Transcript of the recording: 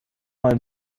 mein